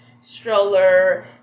stroller